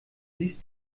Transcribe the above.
ließ